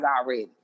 already